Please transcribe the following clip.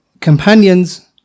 companions